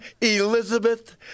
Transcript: Elizabeth